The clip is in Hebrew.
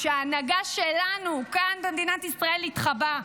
כשההנהגה שלנו כאן במדינת ישראל התחבאה,